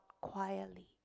quietly